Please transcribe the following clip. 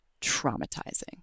traumatizing